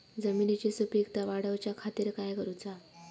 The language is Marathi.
जमिनीची सुपीकता वाढवच्या खातीर काय करूचा?